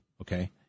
Okay